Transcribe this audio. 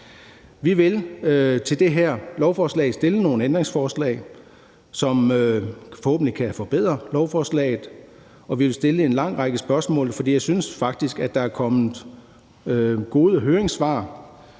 Vi vil stille nogle ændringsforslag til det her lovforslag, som forhåbentlig kan forbedre lovforslaget, og vi vil stille en lang række spørgsmål, for vi synes faktisk, der er kommet gode høringssvar.